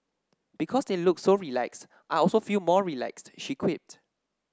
because they look so relaxed I also feel more relaxed she quipped